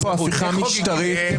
הפיכה משטרית.